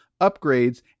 upgrades